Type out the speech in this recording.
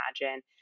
imagine